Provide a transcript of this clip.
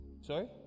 Sorry